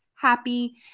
happy